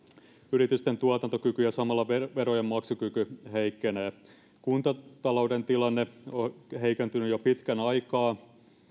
yritysten tuotantokyky ja samalla verojen maksukyky heikkenevät kuntatalouden tilanne on heikentynyt jo pitkän aikaa